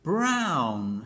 Brown